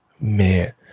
Man